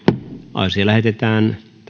asia lähetetään